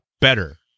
better